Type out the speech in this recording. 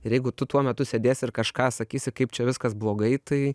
ir jeigu tu tuo metu sėdėsi ir kažką sakysi kaip čia viskas blogai tai